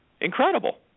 incredible